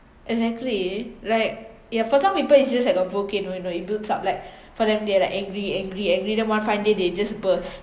exactly like ya for some people it's just like a volcano you know it builds up like for them they are like angry angry angry then one fine day they just burst